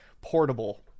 portable